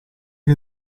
che